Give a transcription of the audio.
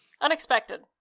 unexpected